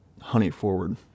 honey-forward